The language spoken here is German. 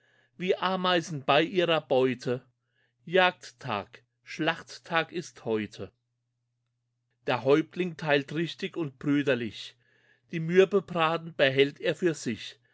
wie ameisen bei ihrer beute jagdtag schlachttag ist heute der häuptling teilt richtig und brüderlich die mürbebraten behält er für sich